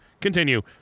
Continue